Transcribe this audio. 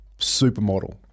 supermodel